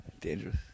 Dangerous